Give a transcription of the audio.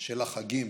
של החגים,